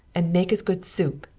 and make as good soup,